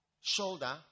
shoulder